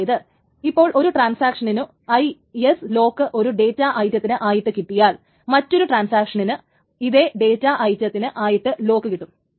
അതായത് ഇപ്പോൾ ഒരു ട്രാൻസാക്ഷനിനു IS ലോക്ക് ഒരു ഡേറ്റ ഐറ്റത്തിന് ആയിട്ട് കിട്ടിയാൽ മറ്റൊരു ട്രാന്സാക്ഷനിന് ഇതേ ഡേറ്റ ഐറ്റത്തിന് ആയിട്ട് ലോക്ക് കിട്ടും